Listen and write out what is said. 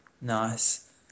Nice